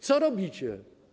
Co robicie?